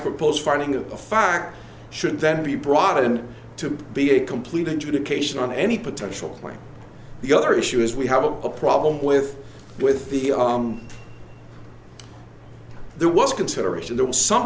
propose finding of a fact should then be brought in to be a complete education on any potential point the other issue is we have a problem with with the there was consideration there was some